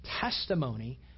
testimony